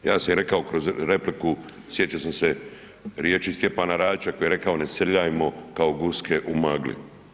Ja sam i rekao kroz repliku, sjetio sam se riječi Stjepana Radića koji je rekao „ne srljajmo kao guske u magli“